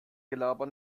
gelaber